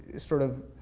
sort of,